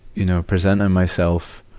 you know, presenting myself.